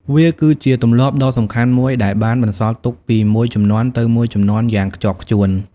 វាគឺជាទម្លាប់ដ៏សំខាន់មួយដែលបានបន្សល់ទុកពីមួយជំនាន់ទៅមួយជំនាន់យ៉ាងខ្ជាប់ខ្ជួន។